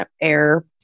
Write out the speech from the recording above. air